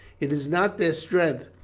it is not their strength,